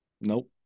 Nope